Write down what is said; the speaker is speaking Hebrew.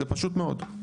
זה פשוט מאוד.